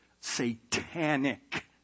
satanic